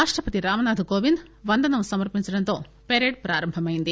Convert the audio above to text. రాష్టపతి రామ్ నాధ్ కోవింద్ వందనం సమర్పించడంతో పెరేడ్ ప్రారంభమైంది